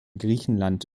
griechenland